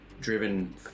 driven